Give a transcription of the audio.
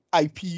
IP